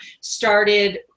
Started